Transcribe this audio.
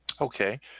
Okay